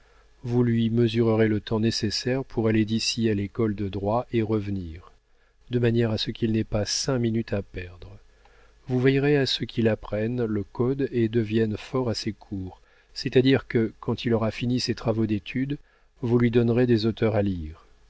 vous lui mesurerez le temps nécessaire pour aller d'ici à l'école de droit et revenir de manière qu'il n'ait pas cinq minutes à perdre vous veillerez à ce qu'il apprenne le code et devienne fort à ses cours c'est-à-dire que quand il aura fini ses travaux d'étude vous lui donnerez des auteurs à lire